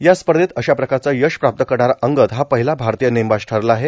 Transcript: या स्पर्धेत अश्या प्रकारच यश प्राप्त करणारा अंगद हा पहिला भारतीय नेमबाज ठरला आहे